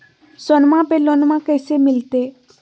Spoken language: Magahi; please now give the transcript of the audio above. सोनमा पे लोनमा कैसे मिलते?